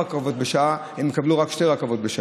רכבות בשעה הם יקבלו רק שתי רכבות בשעה.